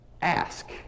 ask